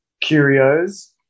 curios